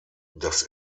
das